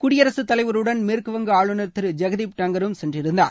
குடியரசுத் தலைவருடன் மேற்குவங்க ஆளுநர் திரு ஜெகதீப் டங்கரும் சென்றிருந்தார்